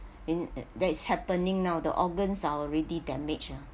in that is happening now the organs are already damaged ah